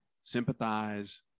sympathize